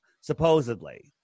supposedly